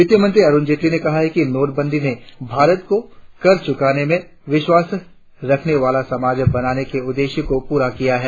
वित्तमंत्री अरुण जेटली ने कहा है कि नोटबंदी ने भारत को कर चुकाने में विश्वास रखने वाला समाज बनाने के उद्देश्य को पूरा किया है